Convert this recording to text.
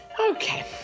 Okay